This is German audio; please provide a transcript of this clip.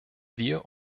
wir